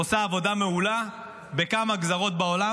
עושה עבודה מעולה בכמה גזרות בעולם.